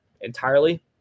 entirely